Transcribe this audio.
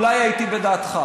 אולי הייתי בדעתך.